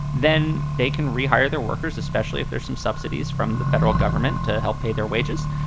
then they can rehire their workers, especially if there's some subsidies from the federal government to help pay their wages.